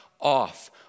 off